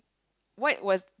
what was